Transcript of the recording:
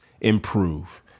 improve